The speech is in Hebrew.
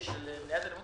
מניעת אלימות